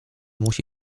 musi